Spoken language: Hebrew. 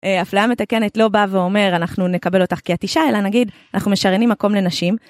הפלייה מתקנת לא באה ואומרת, אנחנו נקבל אותך כי את אישה. אלא נגיד, אנחנו משריינים מקום לנשים.